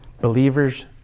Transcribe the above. Believers